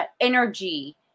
energy